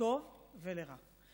לטוב ולרע.